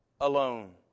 alone